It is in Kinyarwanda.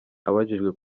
abajijwe